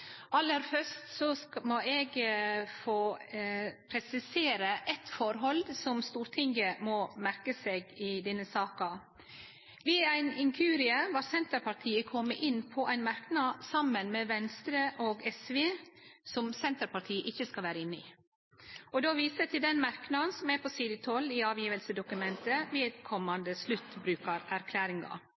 Aller først må eg få presisere eit forhold som Stortinget må merke seg i denne saka. Ved ein inkurie var Senterpartiet kome med på ein merknad, saman med Venstre og SV, som Senterpartiet ikkje skal vere med på. Då viser eg til merknaden som står på side 6 i